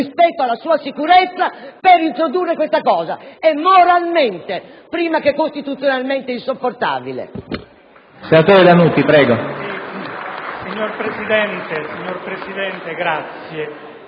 rispetto alla sua sicurezza per introdurre questa norma. È moralmente, prima che costituzionalmente, insopportabile.